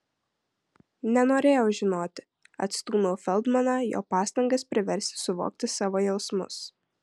nenorėjau žinoti atstūmiau feldmaną jo pastangas priversti suvokti savo jausmus